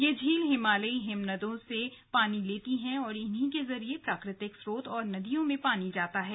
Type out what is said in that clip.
ये झील हिमालयी हिमनदों से पानी लेती हैं और इन्हीं के जरिए प्राकृतिक स्रोत और नदियों में पानी जाता है